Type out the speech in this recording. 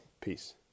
Peace